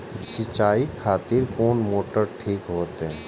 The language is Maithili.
सीचाई खातिर कोन मोटर ठीक होते?